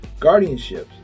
guardianships